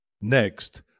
Next